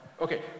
Okay